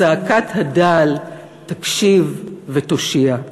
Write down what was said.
צעקת הדל תקשיב ותושיע".